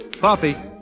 Poppy